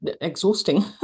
exhausting